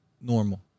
normal